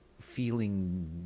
feeling